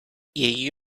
její